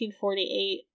1948